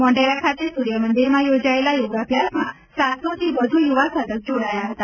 મોઢેરા ખાતે સૂર્યમંદિરમાં યોજાયેલા યોગાભ્યાસમાં સાતસોથી વધુ યુવાસાધક જોડાયા હતા